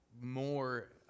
more